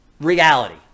reality